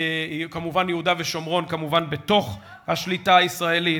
כמובן יהודה ושומרון בתוך השליטה הישראלית.